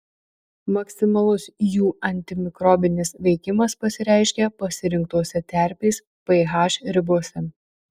maksimalus jų antimikrobinis veikimas pasireiškia pasirinktose terpės ph ribose